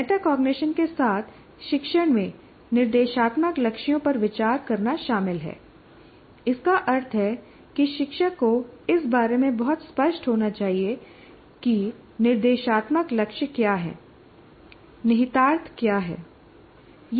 metacognition के साथ शिक्षण में निर्देशात्मक लक्ष्यों पर विचार करना शामिल है इसका अर्थ है कि शिक्षक को इस बारे में बहुत स्पष्ट होना चाहिए कि निर्देशात्मक लक्ष्य क्या हैं निहितार्थ क्या हैं